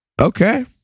Okay